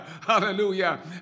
Hallelujah